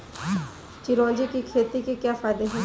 चिरौंजी की खेती के क्या फायदे हैं?